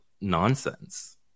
nonsense